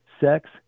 sex